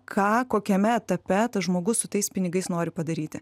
ką kokiame etape tas žmogus su tais pinigais nori padaryti